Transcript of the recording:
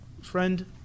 friend